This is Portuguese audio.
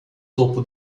topo